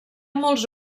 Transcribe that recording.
molts